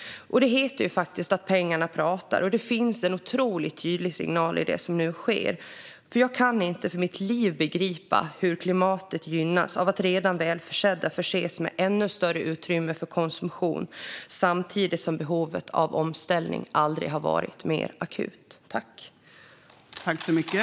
Det heter ju faktiskt att pengarna pratar, och det finns en otroligt tydlig signal i det som nu sker. Jag kan inte för mitt liv begripa hur klimatet gynnas av att redan välförsedda förses med ännu större utrymme för konsumtion samtidigt som behovet av omställning aldrig har varit mer akut.